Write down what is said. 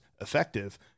effective